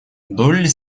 долли